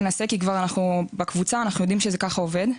ננסה כי בקבוצה אנחנו יודעים שזה ככה עובד.